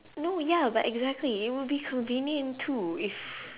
no ya but exactly it will be convenient too if